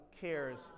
cares